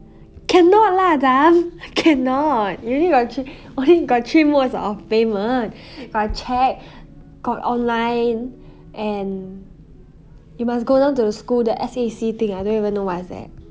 cannot lah dumb cannot only got only got three modes of payment got cheque got online and you must go down to the school the S_A_C thing I don't even know what is that